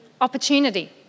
opportunity